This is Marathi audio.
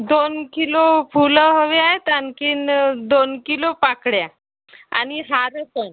दोन किलो फुलं हवी आहेत आणखी दोन किलो पाकळया आणि हार पण